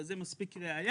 אז זה מספיק ראיה?